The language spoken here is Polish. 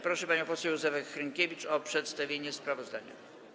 Proszę panią poseł Józefę Hrynkiewicz o przedstawienie sprawozdania.